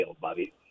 Bobby